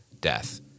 death